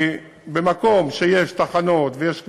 כי במקום שיש תחנות ויש כבישים,